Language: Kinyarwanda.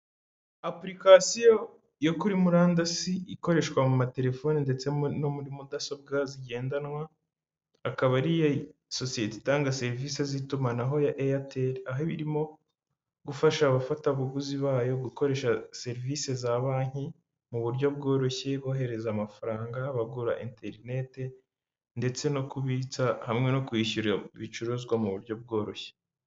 Apulikation yo kuri murandasi ikoreshwa mu matelefoni ndetse no muri mudasobwa zigendanwa, akaba ari iya sosiyete itanga serivisi z'itumanaho ya Eyateri aho iba irimo gufasha abafatabuguzi bayo gukoresha serivisi za banki mu buryo bworoshye kohereza amafaranga bagura interineti ndetse no kubitsa hamwe no kwishyura ibicuruzwa mu buryo bworoshye.